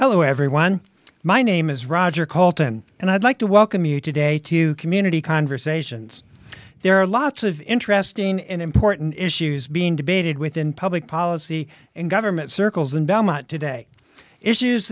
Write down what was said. hello everyone my name is roger colton and i'd like to welcome you today to community conversations there are lots of interesting and important issues being debated within public policy and government circles in belmont today issues